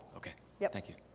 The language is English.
ok. yeah thank you.